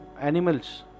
animals